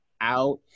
out